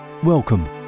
Welcome